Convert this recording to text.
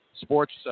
Sports